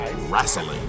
wrestling